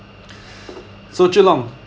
so jun long